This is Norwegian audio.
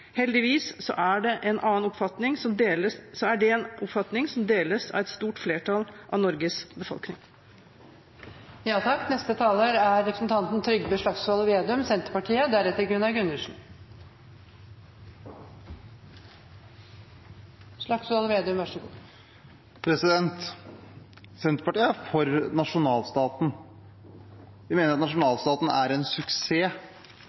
Heldigvis er det en oppfatning som deles av et stort flertall av Norges befolkning. Senterpartiet er for nasjonalstaten. Vi mener at nasjonalstaten er en suksess,